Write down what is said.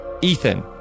Ethan